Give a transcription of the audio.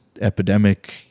epidemic